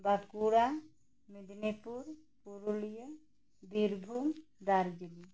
Bankura Medinipur Purulia Birbhum Darjeeling